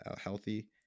healthy